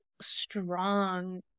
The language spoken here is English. strong